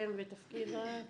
שם ותפקיד.